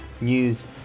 news